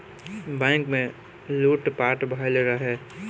bank में लूट पाट भईल रहे